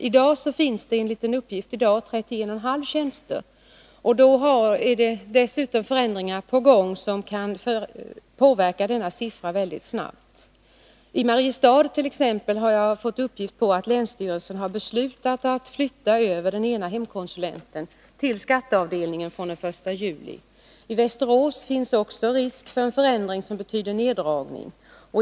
I dag finns det enligt uppgift 31,5 tjänster, och då är dessutom förändringar på gång som kan påverka denna siffra väldigt snabbt. I Mariestad t.ex. har länsstyrelsen enligt de uppgifter jag har fått beslutat flytta över den ena hemkonsulenten till skatteavdelningen från den 1 juli. I Västerås finns också risk för förändring som betyder neddragning.